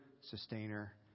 sustainer